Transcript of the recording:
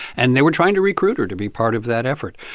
and they were trying to recruit her to be part of that effort,